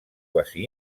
quasi